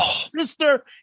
sister